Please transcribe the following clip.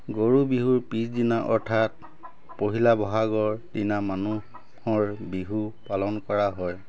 গৰু বিহুৰ পিচদিনা অৰ্থাৎ পহিলা বহাগৰ দিনা মানুহৰ বিহু পালন কৰা হয়